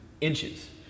inches